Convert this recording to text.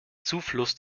zufluss